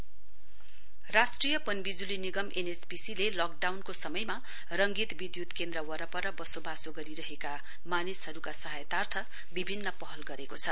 NHPC राष्ट्रिय पन विजुली निगम एनएचपिसीले लकडाउनको समयमा रङगीन विद्युत केन्द्र वरपर वसोवासो गरिरहेका मानिसहरूका सहायतार्थ विभिन्न पहल गरेको छ